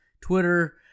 Twitter